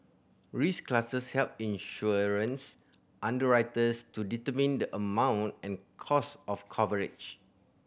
risk classes help insurance underwriters to determine the amount and cost of coverage